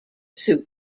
suit